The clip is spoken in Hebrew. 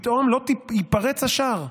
שפתאום ייפרץ השער,